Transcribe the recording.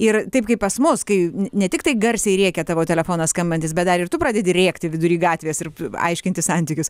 ir taip kaip pas mus kai ne ne tiktai garsiai rėkia tavo telefonas skambantis bet dar ir tu pradedi rėkti vidury gatvės ir aiškintis santykius